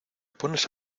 pones